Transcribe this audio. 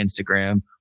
Instagram